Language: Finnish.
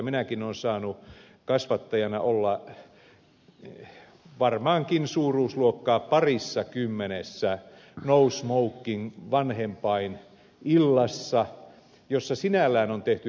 minäkin olen saanut kasvattajana olla varmaankin suuruusluokkaa parissakymmenessä no smoking vanhempainillassa joissa sinällään on tehty hyvää työtä